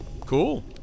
Cool